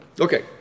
Okay